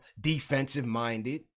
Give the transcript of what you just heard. defensive-minded